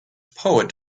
poet